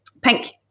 pink